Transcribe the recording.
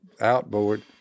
outboard